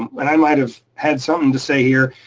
and i might have had something to say here.